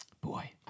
Boy